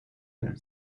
than